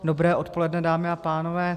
Dobré odpoledne, dámy a pánové.